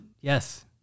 Yes